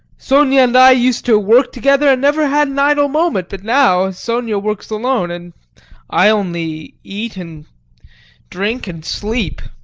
sonia and i used to work together and never had an idle moment, but now sonia works alone and i only eat and drink and sleep.